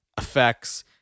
effects